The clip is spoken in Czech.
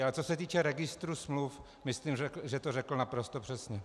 Ale co se týče registru smluv, myslím, že to řekl naprosto přesně.